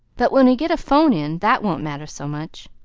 but when we get a phone in that won't matter so much.